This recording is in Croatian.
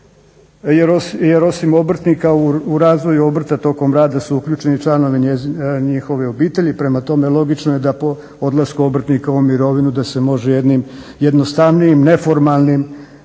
jer osim obrtnika u razvoju obrta tokom rada su uključeni članovi njihovih obitelji, prema tome logično je da po odlasku obrtnika u mirovinu da se može jednim jednostavnijim, neformalnim,